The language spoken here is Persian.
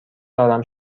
دارم